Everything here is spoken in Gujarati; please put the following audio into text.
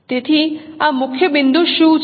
તેથી મુખ્ય બિંદુ શું છે